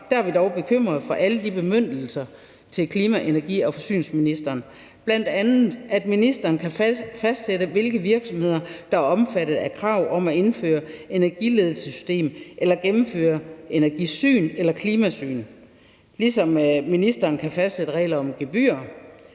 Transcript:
er vi dog bekymret for alle de bemyndigelser til klima-, energi- og forsyningsministeren, bl.a. at ministeren kan fastsætte, hvilke virksomheder der er omfattet af krav om at indføre energiledelsessystemer eller gennemføre energisyn eller klimasyn, ligesom ministeren kan fastsætte regler om gebyrer.